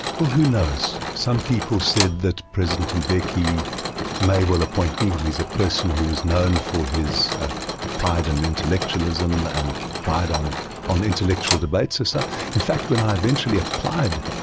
well, who knows. some people said that president mbeki may well appoint me. he's a person who was known for his pride and intellectualism, and pride on on intellectual debates. so in fact when i eventually applied,